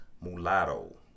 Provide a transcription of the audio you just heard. Mulatto